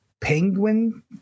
penguin